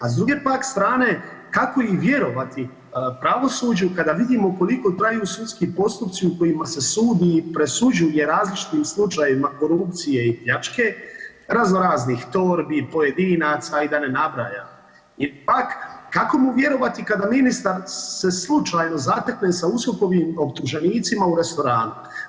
A s druge pak strane, kako im vjerovati, pravosuđu, kada vidimo koliko traju sudski postupci u kojima se sudi i presuđuje različitim slučajevima korupcije i pljačke, razno raznih torbi, pojedinaca i da ne nabrajam, ipak kako mu vjerovati kada ministar se slučajno zatekne sa uskokovim optuženicima u restoranu?